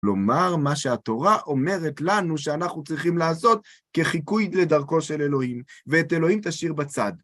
לומר מה שהתורה אומרת לנו שאנחנו צריכים לעשות כחיקוי לדרכו של אלוהים, ואת אלוהים תשאיר בצד.